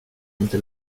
inte